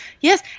yes